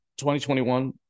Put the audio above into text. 2021